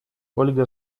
ольга